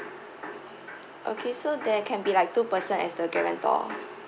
okay so there can be like two person as the guarantor